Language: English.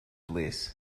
bliss